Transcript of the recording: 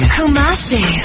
Kumasi